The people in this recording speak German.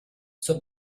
zur